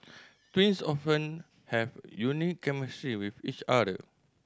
twins often have unique chemistry with each other